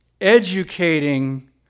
educating